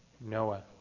Noah